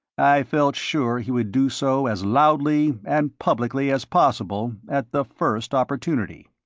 i felt sure he would do so as loudly and publicly as possible at the first opportunity.